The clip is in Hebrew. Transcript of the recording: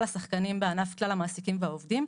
השחקנים בענף - כלל המעסיקים והעובדים.